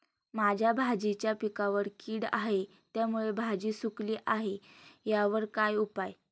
माझ्या भाजीच्या पिकावर कीड आहे त्यामुळे भाजी सुकली आहे यावर काय उपाय?